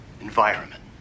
environment